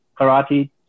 karate